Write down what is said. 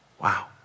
Wow